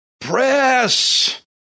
press